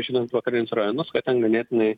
žinant vakarinius rajonus kad ten ganėtinai